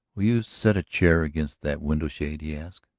will you set a chair against that window-shade? he asked.